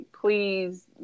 please